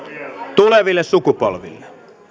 tuleville sukupolville